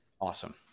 Awesome